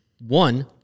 one